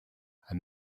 and